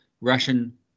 Russian